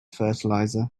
fertilizer